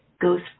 goes